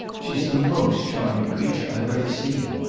she's the most charming creature i've ever seen.